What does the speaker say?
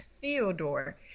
Theodore